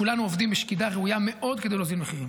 כולנו עובדים בשקידה ראויה מאוד כדי להוזיל מחירים.